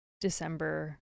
December